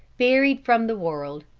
buried from the world.